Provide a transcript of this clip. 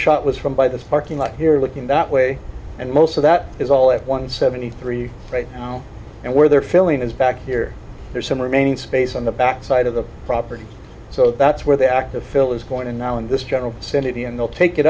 shot was from by this parking lot here looking that way and most of that is all at one seventy three right now and where they're filling is back here there's some remaining space on the backside of the property so that's where the active fill is going to now in this general city and they'll